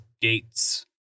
gates